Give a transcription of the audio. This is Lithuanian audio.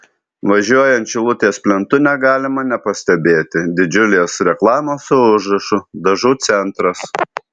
važiuojant šilutės plentu negalima nepastebėti didžiulės reklamos su užrašu dažų centras